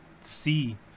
see